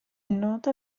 nota